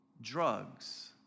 drugs